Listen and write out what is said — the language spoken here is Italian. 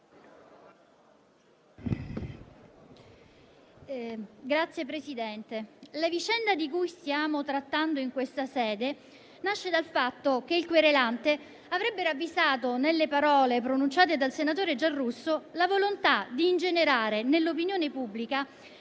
Signor Presidente, la vicenda di cui stiamo trattando in questa sede nasce dal fatto che il querelante avrebbe ravvisato nelle parole pronunciate dal senatore Giarrusso la volontà di ingenerare nell'opinione pubblica